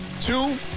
Two